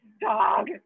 dog